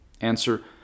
Answer